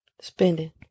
spending